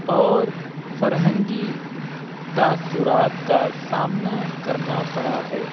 اور فرہنگی تاثرات کا سامنا کرنا پڑا ہے